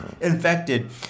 infected